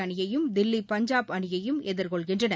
அணியையும் தில்லி பஞ்சாப் அணியையும் எதிர்கொள்கின்றன